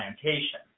plantation